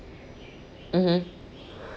mmhmm